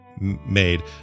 made